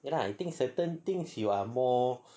ya lah I think certain things you are more